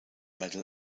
medal